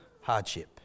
hardship